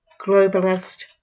globalist